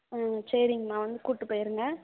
ம் சரிங்கம்மா வந்து கூட்டு போயிடுங்க